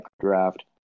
draft